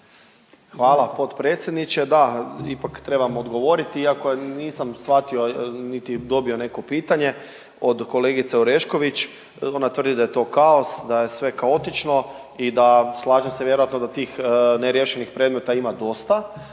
Hvala potpredsjedniče. Da, ipak trebam odgovoriti iako nisam shvatio niti dobio neko pitanje od kolegice Orešković. Ona tvrdi da je to kaos, da je sve kaotično i da slažem se vjerojatno da tih neriješenih predmeta ima dosta.